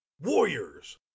Warriors